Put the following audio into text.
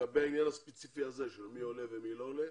לגבי העניין הספציפי הזה של מי עולה ומי לא עולה.